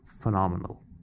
phenomenal